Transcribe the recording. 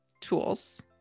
tools